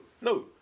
no